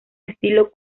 estilo